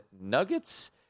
Nuggets